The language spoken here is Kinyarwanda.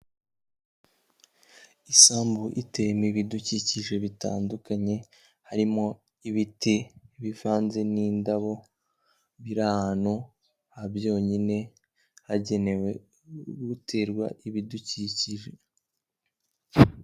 Isambu itema ibidukikije bitandukanye, harimo ibiti bivanze n'indabo biri ahantu ha byonyine hagenewe guterwa ibidukikije.